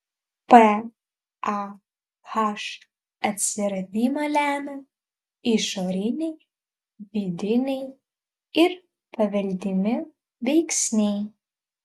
pah atsiradimą lemia išoriniai vidiniai ir paveldimi veiksniai